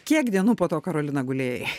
kiek dienų po to karolina gulėjai